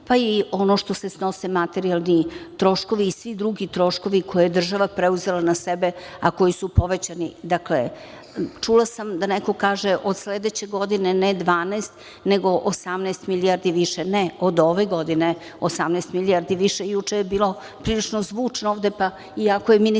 pa i ono što se snose materijalni troškovi i svi drugi troškovi koje je država preuzela na sebe, a koji su povećani. Čula sam da neko kaže – od sledeće godine ne 12, nego 18 milijardi više. Ne, od ove godine je 18 milijardi više. Juče je bilo prilično zvučno ovde, pa iako je ministar